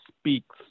speaks